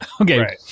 Okay